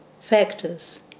factors